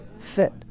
fit